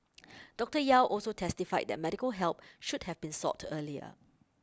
Doctor Yew also testified that medical help should have been sought earlier